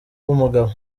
bw’umugabo